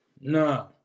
No